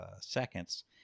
seconds